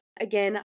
again